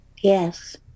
Yes